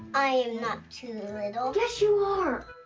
i am not too little! yes you are.